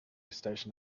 station